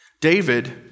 David